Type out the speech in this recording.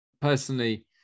Personally